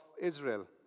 Israel